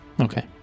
Okay